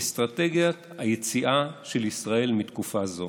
אסטרטגיית היציאה של ישראל מתקופה זו.